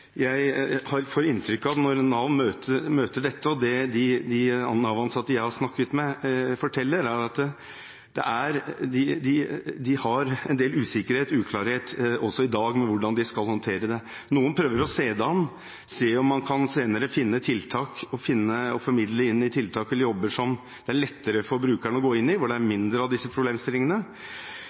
Jeg får inntrykk av at når Nav møter dette – og som de Nav-ansatte jeg har snakket med, forteller – er det en del usikkerhet, uklarhet, også i dag når det gjelder hvordan de skal håndtere det. Noen prøver å se det an, se om man senere kan formidle tiltak eller jobber som det er lettere for brukerne å gå inn i, hvor det er mindre av disse problemstillingene.